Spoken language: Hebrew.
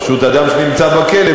פשוט אדם שנמצא בכלא,